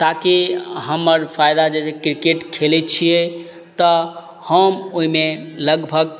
ताकि हमर फायदा जे क्रिकेट खेलय छियै तऽ हम ओइमे लगभग